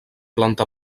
planta